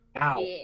Ow